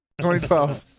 2012